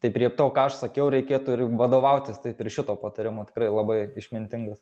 tai prie to ką aš sakiau reikėtų ir vadovautis taio ir šituo patarimu tikrai labai išmintingas